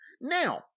Now